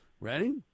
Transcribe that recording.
Ready